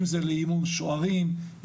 אם זה לאימון שוערים,